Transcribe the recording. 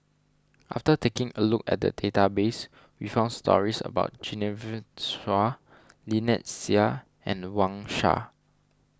after taking a look at the database we found stories about Genevieve Chua Lynnette Seah and Wang Sha